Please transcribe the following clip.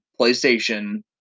PlayStation